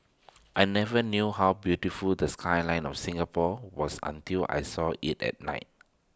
I never knew how beautiful the skyline of Singapore was until I saw IT at night